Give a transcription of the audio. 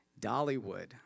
Dollywood